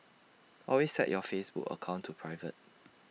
always set your Facebook account to private